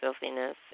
filthiness